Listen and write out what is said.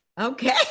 Okay